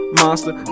monster